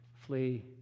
flee